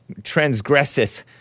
transgresseth